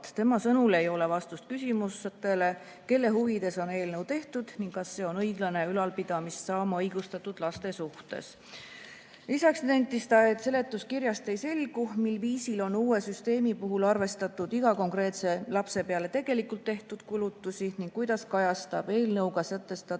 Tema sõnul ei ole vastust küsimustele, kelle huvides on eelnõu tehtud ning kas see on õiglane ülalpidamist saama õigustatud laste suhtes. Lisaks nentis ta, et seletuskirjast ei selgu, mil viisil on uue süsteemi puhul arvesse võetud iga konkreetse lapse peale tegelikult tehtud kulutusi ning kuidas arvestab eelnõuga sätestatav